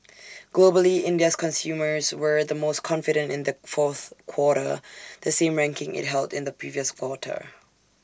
globally India's consumers were the most confident in the fourth quarter the same ranking IT held in the previous quarter